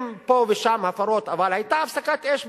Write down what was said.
עם פה ושם הפרות, אבל היתה הפסקת אש בעזה,